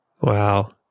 Wow